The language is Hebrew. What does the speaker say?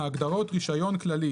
ההגדרות "רישיון כללי",